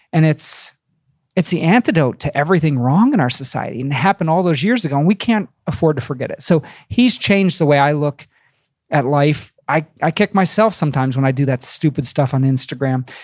and it's it's the antidote to everything wrong in our society. it happened all those years ago, and we can't afford to forget it so he's changed the way i look at life. i i kick myself sometimes when i do that stupid stuff on instagram.